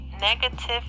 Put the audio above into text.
negative